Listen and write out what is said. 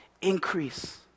Increase